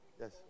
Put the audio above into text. yes